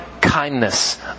kindness